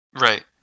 Right